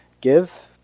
give